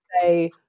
say